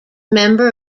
member